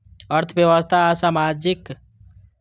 अर्थव्यवस्था आ समाजक समुचित कार्य लेल विनियम अपरिहार्य होइ छै